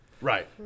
Right